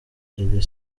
iri